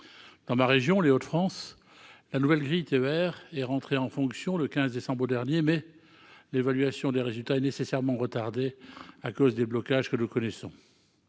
Dans ma région, les Hauts-de-France, la nouvelle grille TER est entrée en fonction le 15 décembre dernier, mais l'évaluation des résultats est nécessairement retardée à cause des blocages que nous connaissons.